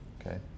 Okay